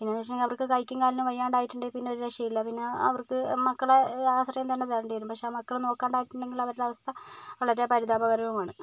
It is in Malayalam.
പിന്നെ എന്ന് വെച്ചിട്ടുണ്ടേൽ അവർക്ക് കൈക്കും കാലിനും വയ്യാണ്ടായിട്ടുണ്ടെൽ പിന്നെ ഒരു രക്ഷയില്ല അവർക്ക് മക്കളെ ആശ്രയം തന്നെ വേണ്ടിവരും പക്ഷെ മക്കള് നോക്കാൻ ഇല്ലെങ്കിൽ അവരുടെ അവസ്ഥ വളരെ പരിതാപകാരവുമാണ്